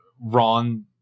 Ron